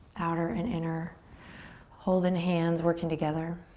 outer and inner holding hands working together.